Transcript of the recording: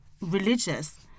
religious